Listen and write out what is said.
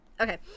okay